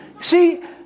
See